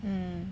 mm